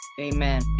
Amen